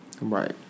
Right